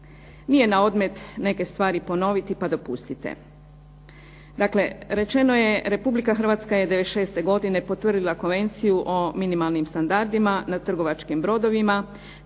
Nije na odmet neke stvari ponoviti, pa dopustite. Dakle, rečeno je Republika Hrvatska je '96. godine potvrdila Konvenciju o minimalnim standardima na trgovačkim brodovima,